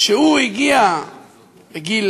שהוא הגיע לגיל